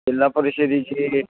जिल्हा परिषदेची